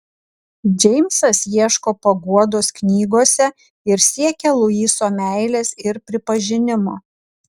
džeimsas ieško paguodos knygose ir siekia luiso meilės ir pripažinimo